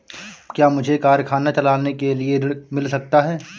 क्या मुझे कारखाना चलाने के लिए ऋण मिल सकता है?